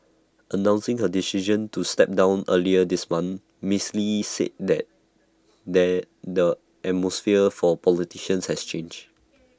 announcing her decision to step down earlier this month miss lee said then that that the atmosphere for politicians had changed